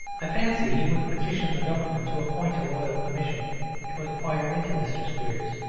i fancy he would petition the government to appoint a royal commission to inquire into mr. squeers.